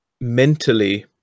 mentally